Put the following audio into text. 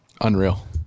Unreal